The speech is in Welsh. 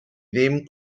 ddim